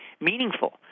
meaningful